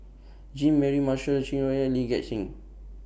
Jean Mary Marshall Chai Hon Yoong Lee Gek Seng